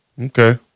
Okay